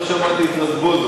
אפילו לא שמעתי את רזבוזוב,